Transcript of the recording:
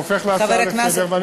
זה הופך להצעה לסדר-היום,